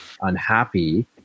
unhappy